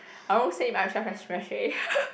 I won't say myself as messy